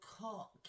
cock